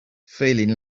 feeling